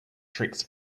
tricks